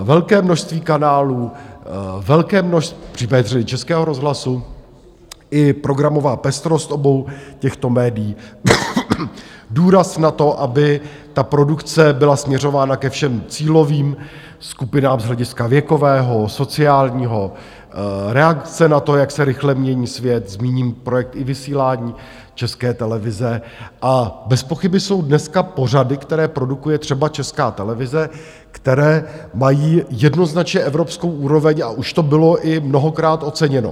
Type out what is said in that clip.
Velké množství kanálů v případě Českého rozhlasu i programová pestrost obou těchto médií, důraz na to, aby produkce byla směřována ke všem cílovým skupinám z hlediska věkového, sociálního, reakce na to, jak se rychle mění svět, zmíním projekt iVysílání České televize, a bezpochyby jsou dneska pořady, které produkuje třeba Česká televize, které mají jednoznačně evropskou úroveň, a už to bylo i mnohokrát oceněno.